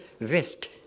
West